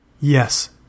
Yes